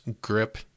grip